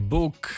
Book